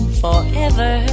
forever